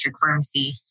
pharmacy